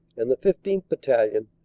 and the fifteenth. battalion,